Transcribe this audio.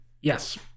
yes